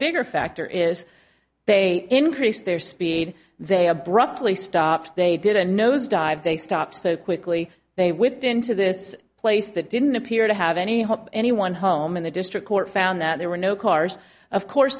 bigger factor is they increased their speed they abruptly stopped they did a nosedive they stopped so quickly they whipped into this place that didn't appear to have any hope anyone home in the district court found that there were no cars of course